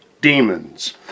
demons